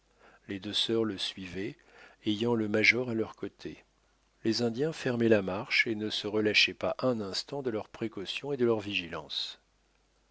les deux sœurs le suivaient ayant le major à leur côté les indiens fermaient la marche et ne se relâchaient pas un instant de leur précaution et de leur vigilance